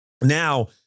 Now